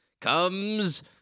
comes